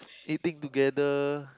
eating together